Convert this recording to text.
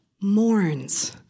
mourns